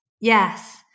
Yes